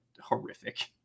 horrific